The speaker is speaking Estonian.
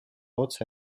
otse